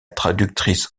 traductrice